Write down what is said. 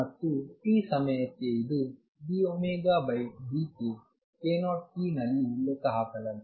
ಮತ್ತು t ಸಮಯಕ್ಕೆ ಇದು dωd k k0 tನಲ್ಲಿ ಲೆಕ್ಕ ಹಾಕಲಾಗಿದೆ